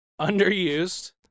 Underused